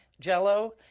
jello